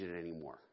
anymore